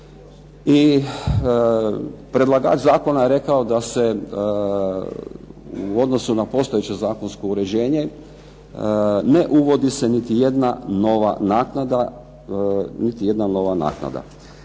I predlagač zakona je rekao da se u odnosu na postojeće zakonsko uređenje ne uvodi se niti jedna nova naknada.